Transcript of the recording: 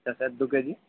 আচ্ছা স্যার দু কেজি